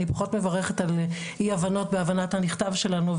אני פחות מברכת על אי הבנות בהבנת הנכתב שלנו,